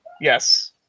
yes